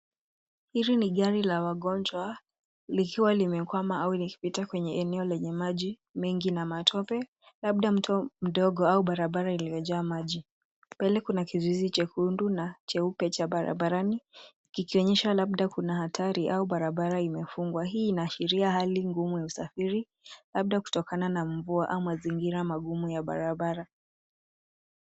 Hili ni gari la wagonjwa likiwa limekwama au likipita kwenye eneo lenye maji mengi na matope labdam mto mdogo au barabara iliyojaa maji. Mbele kuna kizuizi jekundu na cheupe cha barabarani kikionyesha labda kuna hatari au barabara imefungwa. Hii inashiria hali ngumu ya usafiri labda kutokana na mvua au mazingira magumu ya barabara.